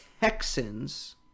Texans